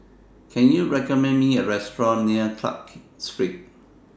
Can YOU recommend Me A Restaurant near Clarke Street